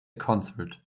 concert